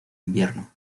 invierno